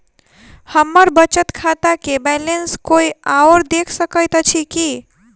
हम्मर बचत खाता केँ बैलेंस कोय आओर देख सकैत अछि की